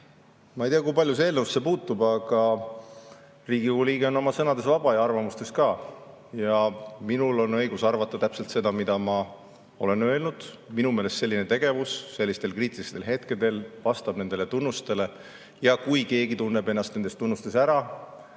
Ma ei tea, kui palju see eelnõusse puutub, aga Riigikogu liige on oma sõnades vaba ja arvamustes ka. Minul on õigus arvata täpselt seda, mida ma olen öelnud. Minu meelest selline tegevus sellistel kriitilistel hetkedel vastab nendele tunnustele. Ja kui keegi tunneb ennast nendes tunnustes ära,